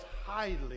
highly